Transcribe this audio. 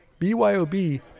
byob